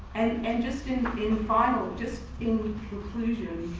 and and just in in final just in conclusion,